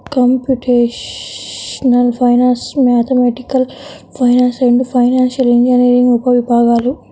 computational finance, mathematical finance రెండూ financial engineering ఉపవిభాగాలు